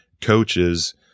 coaches –